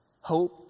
Hope